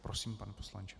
Prosím, pane poslanče.